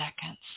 seconds